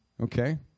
okay